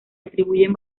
atribuyen